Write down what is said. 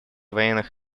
военных